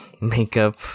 makeup